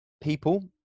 people